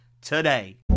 today